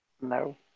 No